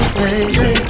baby